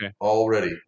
already